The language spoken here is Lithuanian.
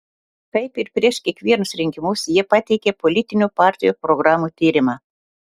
kaip ir prieš kiekvienus rinkimus jie pateikia politinių partijų programų tyrimą